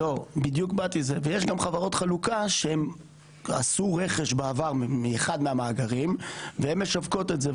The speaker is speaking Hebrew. יש גם חברות חלוקה שהן עשו רכש בעבר מאחד מהמאגרים והן משווקות את זה.